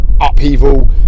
upheaval